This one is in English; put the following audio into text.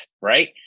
right